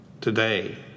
Today